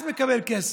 אז מקבל כסף.